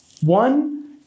one